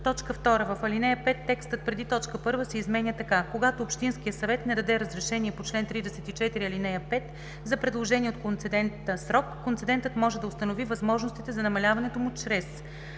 2. в ал. 5 текстът преди т. 1 се изменя така: Когато общинският съвет не даде разрешение по чл. 34, ал. 5 за предложения от концедента срок, концедентът може да установи възможностите за намаляването му чрез:“.“